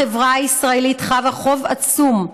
החברה הישראלית חבה חוב עצום,